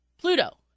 Pluto